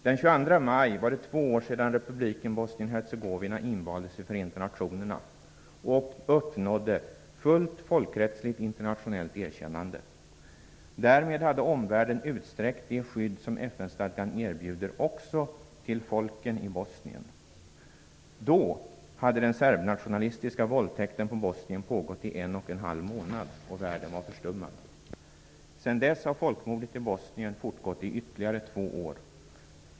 Den 22 maj var det två år sedan republiken Nationerna och uppnådde fullt folkrättsligt internationellt erkännande. Därmed hade omvärlden utsträckt det skydd som FN-stadgan erbjuder också till folken i Bosnien. Då hade den serb-nationalistiska våldtäkten på Bosnien pågått i en och en halv månad, och världen var förstummad. Sedan dess har folkmordet i Bosnien fortgått i ytterligare två år.